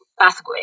pathway